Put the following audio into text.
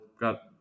got